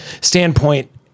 standpoint